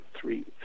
three